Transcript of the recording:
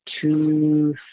two